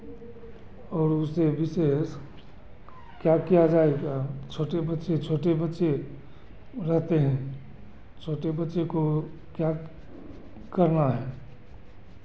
और उससे विशेष क्या किया जाए छोटे बच्चे छोटे बच्चे रहते हें छोटे बच्चे को क्या करना है